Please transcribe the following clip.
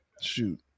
shoot